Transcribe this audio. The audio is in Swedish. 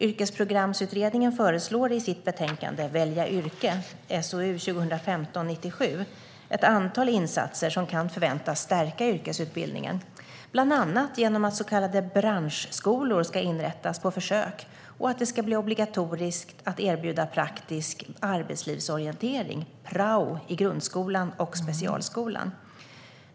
Yrkesprogramsutredningen föreslår i sitt betänkande Välja yrke ett antal insatser som kan förväntas stärka yrkesutbildningen, bland annat genom att så kallade branschskolor ska inrättas på försök och att det ska bli obligatoriskt att erbjuda praktiskt arbetslivsorientering, prao, i grundskolan och specialskolan.